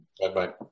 Bye-bye